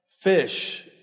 fish